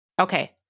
Okay